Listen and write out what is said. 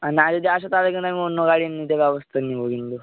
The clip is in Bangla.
আর না যদি আসো তাহলে কিন্তু আমি অন্য গাড়ি নিতে ব্যবস্থা নিয়ে নিবো কিন্তু